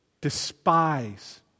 despise